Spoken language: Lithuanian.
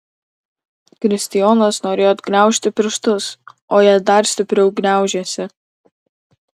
kristijonas norėjo atgniaužti pirštus o jie dar stipriau gniaužėsi